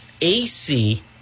AC